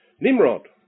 Nimrod